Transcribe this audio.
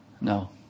No